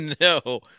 No